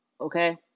okay